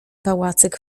pałacyk